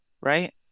right